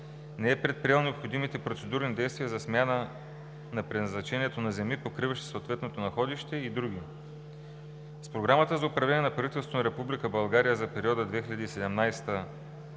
не е предприел необходимите процедурни действия за смяна на предназначението на земи, покриващи съответното находище и други). С Програмата за управление на правителството на Република България за периода 2017